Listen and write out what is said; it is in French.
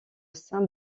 saint